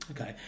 Okay